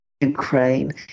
Ukraine